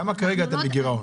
באיזה גירעון